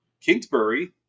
Kingsbury